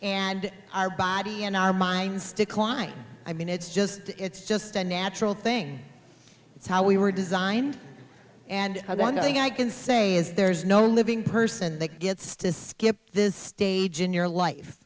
and our body in our minds decline i mean it's just it's just a natural thing it's how we were designed and i don't think i can say is there's no living person that gets to skip this stage in your life